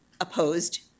opposed